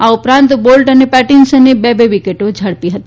આ ઉપરાંત બોલ્ટ અને પેટીન્સને બે બે વિકેટો ઝડપી હતી